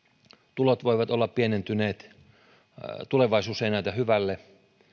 tulot voivat olla pienentyneet tulevaisuus ei näytä hyvälle